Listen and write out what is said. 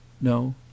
No